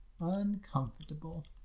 uncomfortable